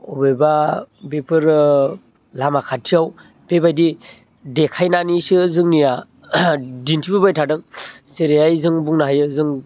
अबेबा बेफोरो लामा खाथियाव बेबायदि देखायनानैसो जोंनिया दिन्थिबोबाय थादों जेरैहाय जों बुंनो हायो जों